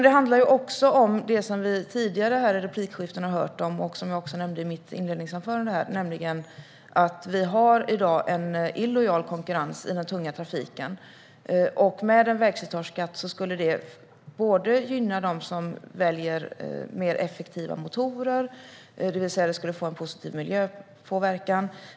Det handlar även om det som vi har hört i tidigare replikskiften, och som jag också nämnde i mitt inledningsanförande, nämligen att vi i dag har en illojal konkurrens i den tunga trafiken. Med en vägslitageskatt skulle detta gynna dem som väljer effektivare motorer, vilket skulle ge en positiv miljöpåverkan.